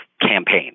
campaign